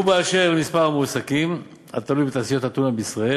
ואשר למספר המועסקים התלוי בתעשיית הטונה בישראל,